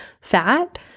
fat